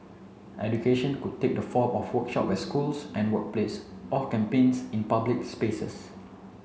education could take the form of workshops at schools and workplace or campaigns in public spaces